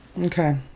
okay